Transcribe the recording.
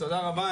תודה רבה,